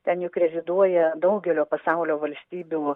ten juk reziduoja daugelio pasaulio valstybių